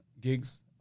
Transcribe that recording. gigs